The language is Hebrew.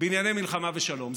בענייני מלחמה ושלום,